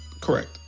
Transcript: Correct